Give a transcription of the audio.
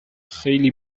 خیلی